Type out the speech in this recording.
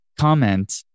comment